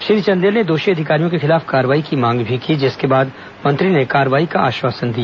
श्री चंदेल ने दोषी अधिकारियों के खिलाफ कार्रवाई की मांग भी की जिसके बाद मंत्री ने कार्रवाई का आश्वासन दिया